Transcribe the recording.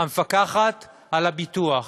המפקחת על הביטוח.